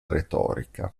retorica